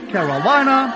Carolina